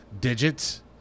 digits